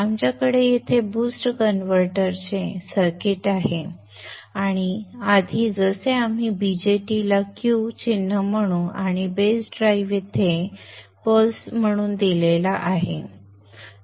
आमच्याकडे येथे बूस्ट कन्व्हर्टरचे सर्किट आहे आणि आधी जसे आम्ही BJT ला Q चिन्ह म्हणू आणि बेस ड्राइव्ह येथे प्लस म्हणून दिलेला आहे